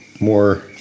more